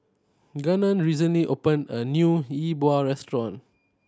Gannon recently opened a new Yi Bua restaurant